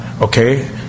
Okay